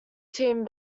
team